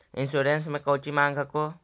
Insurance मे कौची माँग हको?